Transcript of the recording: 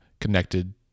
connected